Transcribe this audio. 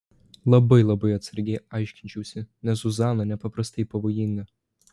labai labai atsargiai aiškinčiausi nes zuzana nepaprastai pavojinga